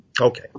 Okay